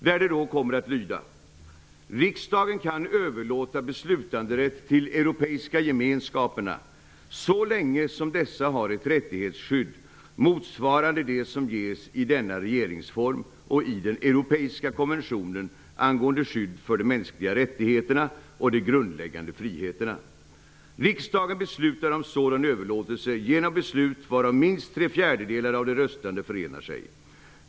Stycket kommer att lyda: ''Riksdagen kan överlåta beslutanderätt till Europeiska gemenskaperna så länge som dessa har ett rättighetsskydd motsvarande det som ges i denna regeringsform och i den europeiska konventionen angående skydd för de mänskliga rättigheterna och de grundläggande friheterna. Riksdagen beslutar om sådan överlåtelse genom beslut, varom minst tre fjärdedelar av de röstande förenar sig.